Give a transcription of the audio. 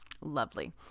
lovely